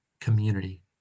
community